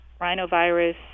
rhinovirus